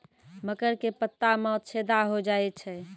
मकर के पत्ता मां छेदा हो जाए छै?